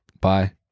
Bye